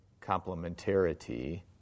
complementarity